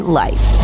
life